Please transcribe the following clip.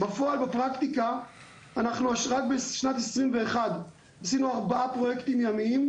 בפועל בפרקטיקה אנחנו רק בשנת 2021 עשינו ארבעה פרוייקטים ימיים,